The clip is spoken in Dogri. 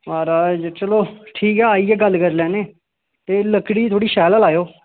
माराज चलो ठीक ऐ आइयै गल्ल करी लैन्ने ते लकड़ी थोह्ड़ी शैल गै लायो